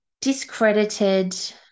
discredited